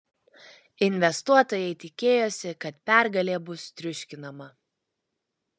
investuotojai tikėjosi kad pergalė bus triuškinama